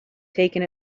taken